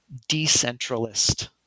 decentralist